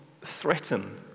threaten